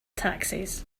taxes